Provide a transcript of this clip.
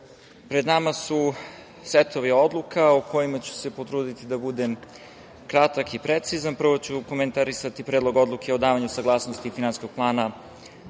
pred nama su setovi odluka o kojima ću se potruditi da budem kratak i precizan. Prvo ću komentarisati Predlog odluke o davanju saglasnosti Finansijskog plana